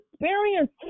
experience